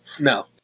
No